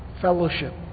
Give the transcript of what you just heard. Fellowship